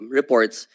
reports